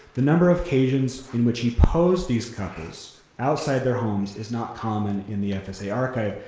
the number of occasions in which he posed these couples outside their homes is not common in the fsa archive.